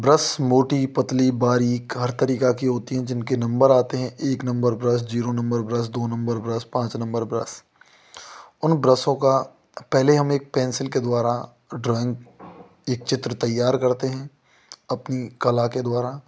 brush मोटी पतली बारीक हर तरीका की होती है जिनके नम्बर आते हैं एक number brush zero number brush दो नम्बर ब्रश पाँच नम्बर ब्रश उन ब्रशो का पहले हम एक पेंसिल के द्वारा ड्रॉइंग एक चित्र तैयार करते हैं अपनी कला के द्वारा